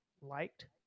liked